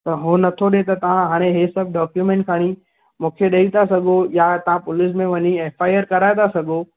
उहो नथो ॾे त तव्हां हाणे हे सभु तव्हां डॉक्यूमेंट खणी मूंखे ॾेई था सघो या तव्हां पुलिस में वञी एफ आई आर कराए था सघो